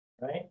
right